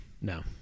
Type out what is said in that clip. No